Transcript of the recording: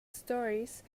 stories